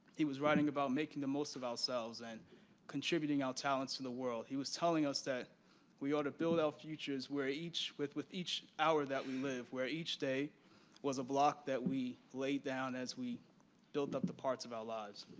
he was writing about making the most of ourselves and contributing our talents in the world. he was telling us that we ought to build our futures where with with each hour that we live, where each day was a block that we laid down as we built up the parts of our lives.